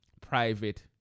private